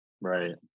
Right